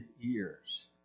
years